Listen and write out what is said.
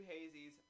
Hazy's